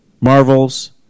Marvel's